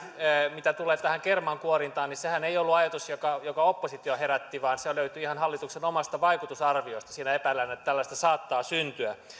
mitä tulee tähän kermankuorintaan niin sehän ei ollut ajatus jonka oppositio herätti vaan se löytyy ihan hallituksen omasta vaikutusarviosta siellä epäillään että tällaista saattaa syntyä